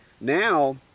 Now